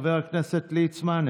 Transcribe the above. חבר הכנסת ליצמן,